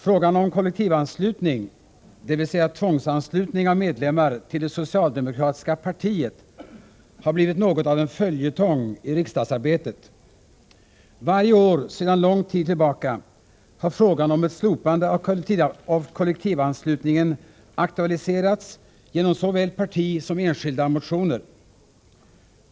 Frågan om kollektivanslutning, dvs. tvångsanslutningen av medlemmar till det socialdemokratiska partiet, har blivit något av en följetong i riksdagsarbetet. Varje år sedan lång tid tillbaka har frågan om ett slopande av kollektivanslutningen aktualiserats genom såväl partimotioner som enskilda motioner.